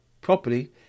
properly